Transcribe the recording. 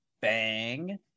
bang